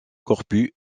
corpus